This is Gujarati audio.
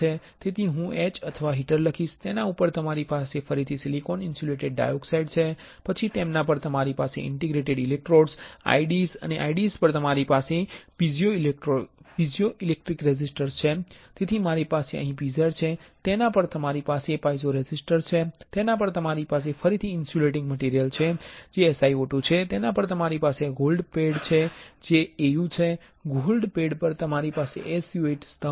તેથી હું H અથવા હીટર લખીશ તેના પર તમારી પાસે ફરીથી સિલિકોન ઇન્સ્યુલેટેડ ડાયોક્સાઇડ છે પછી તેના પર તમારી પાસે ઇન્ટરડિજીટેટેડ ઇલેક્ટ્રોડ્સ IDEs છે IDEs પર તમારી પાસે પાઇઝો રેઝિસ્ટર છે તેથી મારી પાસે અહીં PZ છે તેના પર તમારી પાસે પાઇઝો રેઝિસ્ટર છે તેના પર તમારી પાસે ફરીથી ઇન્સ્યુલેટીંગ મટીરિયલ છે જે SiO2 છે તેના પર તમારી પાસે ગોલ્ડ પેડ છે જે Au છે ગોલ્ડ પેડ પર તમારી પાસે SU8 સ્તંભ છે